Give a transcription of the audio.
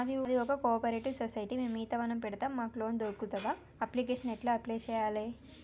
మాది ఒక cooperative society మేము ఈత వనం పెడతం మాకు లోన్ దొర్కుతదా? అప్లికేషన్లను ఎట్ల అప్లయ్ చేయాలే?